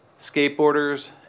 skateboarders